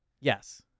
Yes